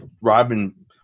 Robin